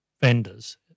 vendors